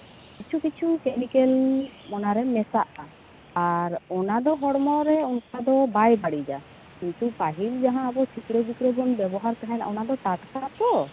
ᱠᱤᱪᱷᱩᱼᱠᱤᱪᱷᱩ chemical ᱚᱱᱟᱨᱮ ᱢᱮᱥᱟᱜᱼᱟ ᱟᱨ ᱚᱱᱟᱫᱚ ᱦᱚᱲᱢᱚᱨᱮ ᱚᱱᱠᱟ ᱫᱚ ᱵᱟᱭ ᱵᱟᱹᱲᱤᱡᱟ ᱠᱤᱱᱛᱩ ᱯᱟᱹᱦᱤᱞ ᱡᱟᱦᱟᱸ ᱟᱵᱚ ᱥᱤᱠᱲᱟᱹᱼᱵᱤᱠᱲᱟᱹ ᱵᱚᱱ ᱵᱮᱵᱚᱦᱟᱨ ᱛᱟᱦᱮᱸᱫ ᱚᱱᱟ ᱫᱚ ᱴᱟᱴᱠᱟ ᱛᱚ